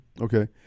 Okay